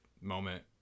moment